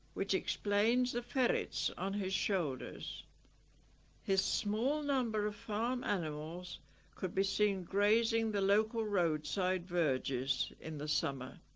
which explains the ferrets on his shoulders his small number of farm animals could be seen grazing the local roadside verges in the summer